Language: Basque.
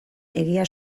egia